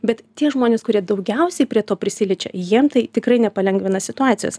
bet tie žmonės kurie daugiausiai prie to prisiliečia jiem tai tikrai nepalengvina situacijos